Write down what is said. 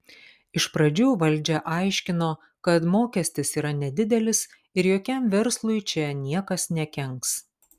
iš pradžių valdžia aiškino kad mokestis yra nedidelis ir jokiam verslui čia niekas nekenks